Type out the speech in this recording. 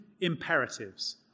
imperatives